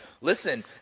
listen